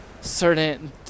certain